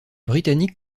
britanniques